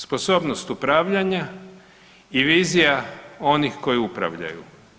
Sposobnost upravljanja i vizija onih koji upravljaju.